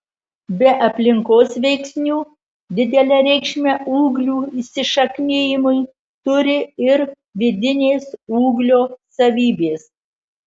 be aplinkos veiksnių didelę reikšmę ūglių įsišaknijimui turi ir vidinės ūglio savybės